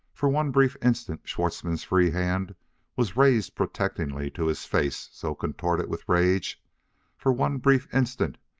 for one brief instant schwartzmann's free hand was raised protectingly to his face so contorted with rage for one brief instant,